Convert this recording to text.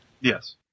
Yes